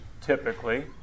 typically